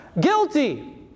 Guilty